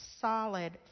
solid